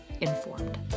informed